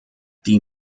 die